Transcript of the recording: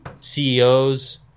CEOs